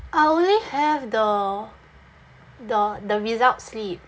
I only have the the the result slip